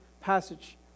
passage